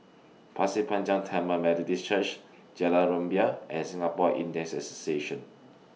Pasir Panjang Tamil Methodist Church Jalan Rumbia and Singapore Indians Association